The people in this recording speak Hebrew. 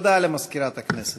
הודעה למזכירת הכנסת.